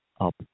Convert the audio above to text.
up